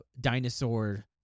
dinosaur